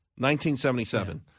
1977